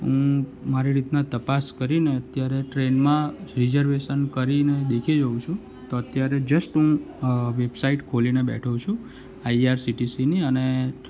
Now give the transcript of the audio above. હું મારી રીતના તપાસ કરીને અત્યારે ટ્રેનમાં રેઝર્વેશન કરીને દેખી જોઉં છું તો અત્યારે જસ્ટ હું વેબસાઈટ ખોલીને બેઠો છું આઈઆરસીટીસીની અને